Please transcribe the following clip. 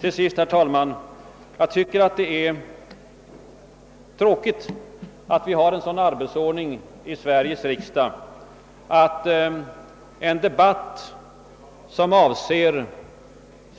Till sist vill jag säga att jag tycker det är tråkigt att vi har en sådan arbetsordning i Sveriges riksdag, att en debatt som avser